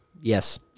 Yes